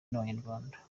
n’abanyarwanda